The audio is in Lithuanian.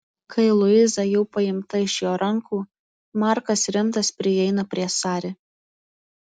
kai luiza jau paimta iš jo rankų markas rimtas prieina prie sari